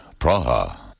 Praha